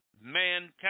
mankind